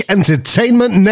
Entertainment